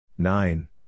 Nine